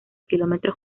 kilómetro